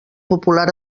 popular